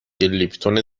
لیپتون